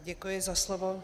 Děkuji za slovo.